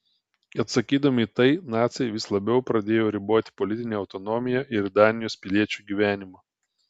atsakydami į tai naciai vis labiau pradėjo riboti politinę autonomiją ir danijos piliečių gyvenimą